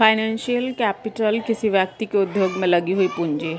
financial capital किसी व्यक्ति के उद्योग में लगी हुई पूंजी है